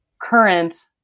current